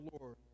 Lord